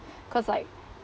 cause like